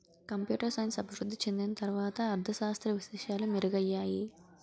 computer science అభివృద్ధి చెందిన తర్వాత అర్ధ శాస్త్ర విశేషాలు మెరుగయ్యాయి